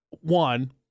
one